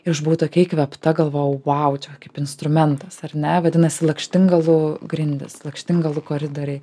iš buvau tokia įkvėpta galvojau vau čia kaip instrumentas ar ne vadinasi lakštingalų grindys lakštingalų koridoriai